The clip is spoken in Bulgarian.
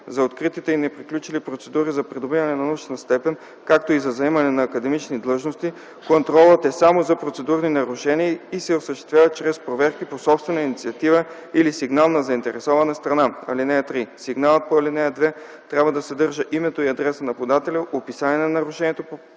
За откритите и неприключили процедури за придобиване на научна степен, както и за заемане на академични длъжности, контролът е само за процедурни нарушения и се осъществява чрез проверки по собствена инициатива или сигнал на заинтересована страна. (3) Сигналът по ал. 2 трябва да съдържа името и адреса на подателя, описание на нарушенията по провежданата